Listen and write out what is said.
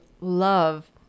love